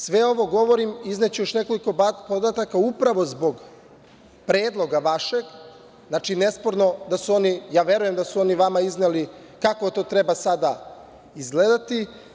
Sve ovo govorim, izneću još nekoliko podataka upravo zbog predloga vašeg, znači, nesporno je, verujem da su oni vama izneli kako to treba sada da izgleda.